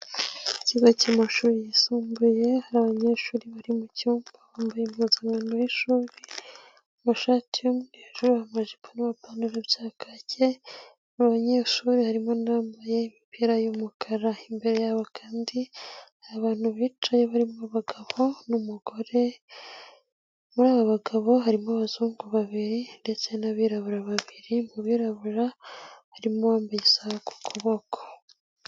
Ikigo cy'amashuri yisumbuye hari abanyeshuri bari mucyumba bambaye impuzankano y'ishuri, amashati y'mweru hejuru amajipo n'amapantaro bya kake, mu banyeshuri harimo n'abambaye imipira y'umukara imbere yabo kandi hari abantu bicaye barimo abagabo n'umugore, muri aba bagabo harimo abazungu babiri ndetse n'abirabura babiri mu birarabura harimo uwambaye isaaha ku kuboko.